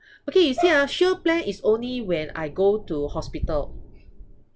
okay you see ah shield plan is only when I go to hospital